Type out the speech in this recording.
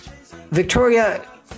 Victoria